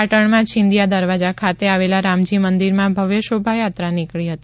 પાટણમાં છીન્દીયા દરવાજા ખાતે આવેલા રામજી મંદિરથી ભવ્ય શોભાયાત્રા નીકળી હતી